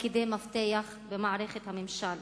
תפקידי מפתח במערכת הממשלה.